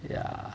ya